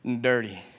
dirty